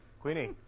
Queenie